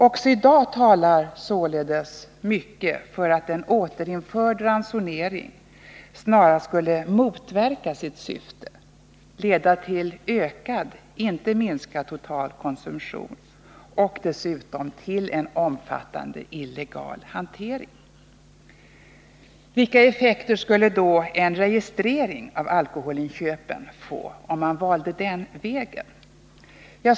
Också i dag talar således mycket för att en återinförd ransonering snarast skulle motverka sitt syfte och leda till en ökad — inte minskad — total konsumtion samt dessutom till en omfattande illegal hantering. Vilka effekter skulle då en registrering av alkoholinköpen få, om man valde den vägen?